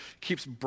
keeps